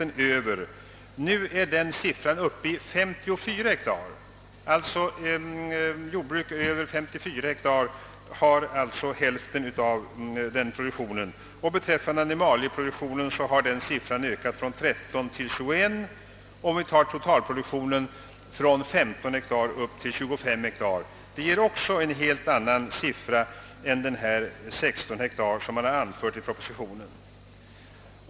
Nu är denna siffra uppe i 54 hektar, d. v. s. jordbruk över 54 hektar har hälften av vegetabilieproduktionen. Beträffande animalieproduktionen har motsvarande arealgräns höjts från 13 till 21 ha, och om vi tar totalproduktionen från 15 upp till 25 hektar. Detta ger också en helt annan siffra än de 16 hektar som man anfört i propositionen.